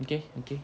okay okay